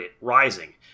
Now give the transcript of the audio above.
rising